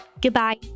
goodbye